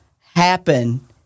happen